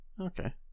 Okay